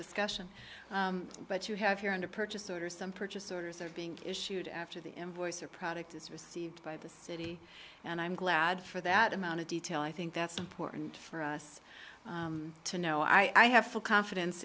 discussion but you have here in the purchase order some purchase orders are being issued after the invoice or product is received by the city and i'm glad for that amount of detail i think that's important for us to know i have full confidence